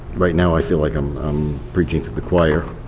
right now i feel like i'm preaching to the choir,